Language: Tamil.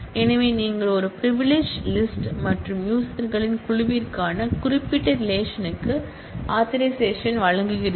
எனவே நீங்கள் ஒரு பிரிவிலிஜ் லிஸ்ட் மற்றும் யூசர்களின் குழுவிற்கான குறிப்பிட்ட ரிலேஷன்க்கு ஆதரைசேஷன் வழங்குகிறீர்கள்